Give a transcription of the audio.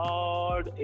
Lord